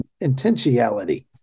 intentionality